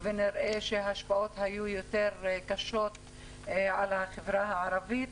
שההשפעות היו יותר קשות על החברה הערבית.